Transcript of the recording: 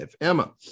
Emma